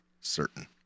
certain